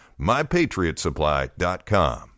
MyPatriotsupply.com